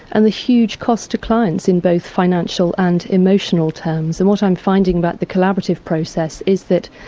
and the huge cost to clients in both financial and emotional terms. and what i'm finding about the collaborative process is that,